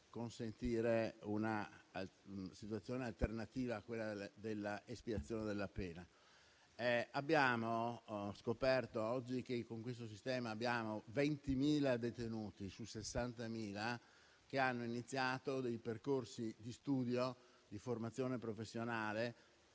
consentire una situazione alternativa a quella dell'espiazione della pena. Abbiamo scoperto oggi che, con questo sistema, 20.000 detenuti su 60.000 hanno iniziato dei percorsi di studio, di formazione professionale